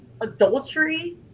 adultery